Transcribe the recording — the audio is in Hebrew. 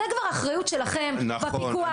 זו כבר אחריות שלכם בפיקוח,